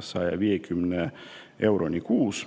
150 euroni kuus.